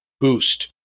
boost